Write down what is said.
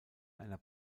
einer